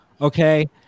Okay